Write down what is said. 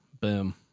boom